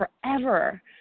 forever